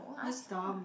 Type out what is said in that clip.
that's dumb